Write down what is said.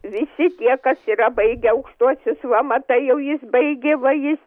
visi tie kas yra baigę aukštuosius va matai jau jis baigė va jis